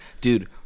dude